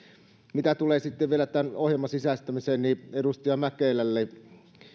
mitä tulee vielä tämän ohjelman sisäistämiseen niin edustaja mäkelälle